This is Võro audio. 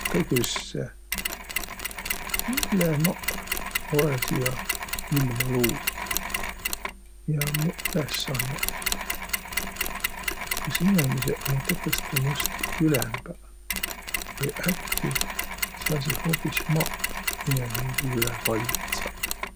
Tä küsse, mille olõ maq siiäq ilma luud? Miä um muq ülesannõq? Kas inemiseq ummaq ummaq tõtõstõ must ülembäq? Vai äkki saasiq hoobis maq inemiisi üle valitsaq?